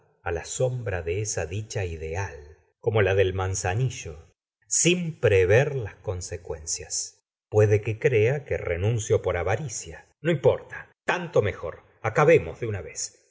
á la sombra de esa dicha ideal como á la del manzanillo sin prever las consecuen cías puede que crea que renuncio por avaricia no importa tanto mejor acabemos de una vez